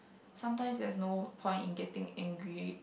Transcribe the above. sometimes there's no point in getting angry